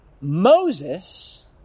Moses